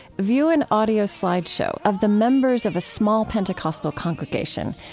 view an audio slideshow of the members of a small pentecostal congregation.